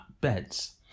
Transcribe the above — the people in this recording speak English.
beds